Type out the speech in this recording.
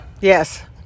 Yes